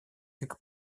как